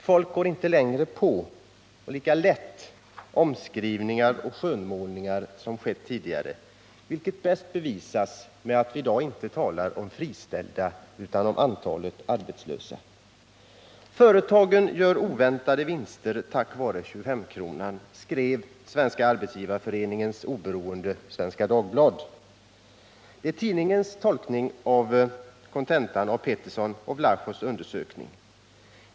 Folk går inte längre lika lätt på omskrivningar och skönmålningar, vilket bäst bevisas av att vi i dag inte talar om antalet friställda utan om antalet arbetslösa. Företagen gör oväntade vinster tack vare 25-kronan, skrev Svenska arbetsgivareföreningens oberoende Svenska Dagbladet. Det är tidningens tolkning av kontentan av Peterssons och Vlachos undersökning.